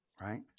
right